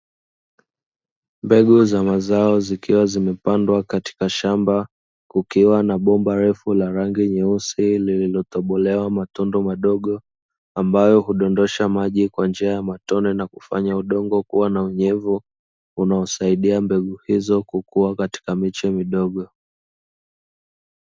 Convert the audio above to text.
Mbegu za mazao zikiwa zimepandwa katika shamba, kukiwa na bomba refu la rangi nyeusi, lililotobolewa matundu madogo, ambayo hudondosha maji kwa njia ya matone, na kufanya udongo kuwa na unyevu, unaosaidia mbegu hizo kukua katika miche midogo.